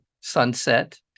sunset